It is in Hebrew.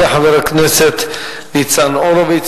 תודה לחבר הכנסת ניצן הורוביץ.